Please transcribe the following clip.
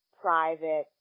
private